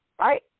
right